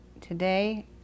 today